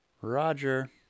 Roger